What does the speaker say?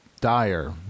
dire